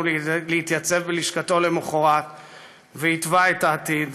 להתייצב בלשכתו למחרת והתווה את העתיד.